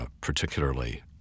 particularly